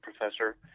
professor